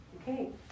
Okay